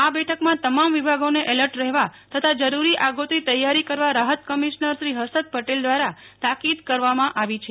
આ બેઠકમાં તમામ વિભાગોને એલર્ટ રહેવા તથા જરુરી આગોતરી તૈયારીઓ કરવા રાહત કમિશ્નર શ્રી હર્ષદ પટેલ દ્વારા તાકીદ કરવામાં આવી છે